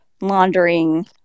laundering